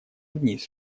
вниз